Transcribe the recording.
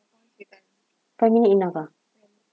five minute enough ah